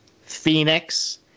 Phoenix